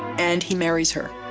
and he marries her.